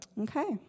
Okay